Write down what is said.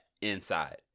inside